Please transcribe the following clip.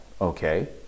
okay